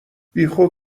بیخود